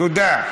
תודה.